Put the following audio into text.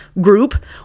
group